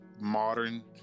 modern